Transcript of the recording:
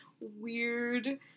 weird